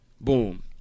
boom